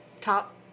top